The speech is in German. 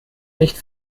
nicht